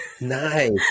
Nice